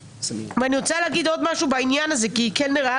אני רוצה לומר עוד משהו בעניין הזה כי נראה